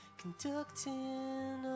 conducting